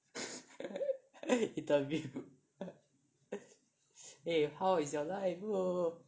interview eh how is your life bro